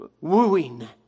wooing